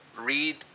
read